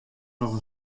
noch